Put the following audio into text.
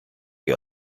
que